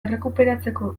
errekuperatzeko